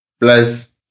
plus